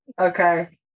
Okay